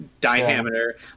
diameter